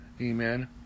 Amen